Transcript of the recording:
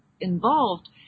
involved